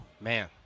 Man